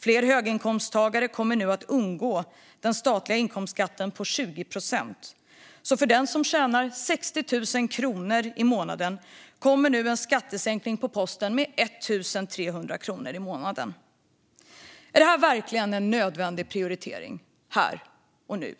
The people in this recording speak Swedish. Fler höginkomsttagare kommer att undgå den statliga inkomstskatten på 20 procent. För den som tjänar 60 000 kronor i månaden kommer en skattesänkning på posten med 1 300 kronor i månaden. Är det verkligen en nödvändig prioritering här och nu?